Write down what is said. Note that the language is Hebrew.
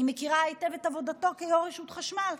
אני מכירה היטב את עבודתו כיו"ר רשות החשמל.